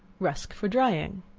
rusk for drying.